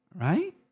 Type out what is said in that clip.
right